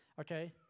Okay